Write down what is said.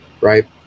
Right